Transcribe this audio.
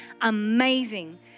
amazing